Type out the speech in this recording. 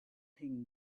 thing